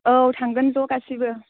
औ थांगोन ज' गासैबो